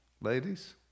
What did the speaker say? Ladies